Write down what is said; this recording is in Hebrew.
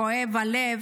כואב הלב,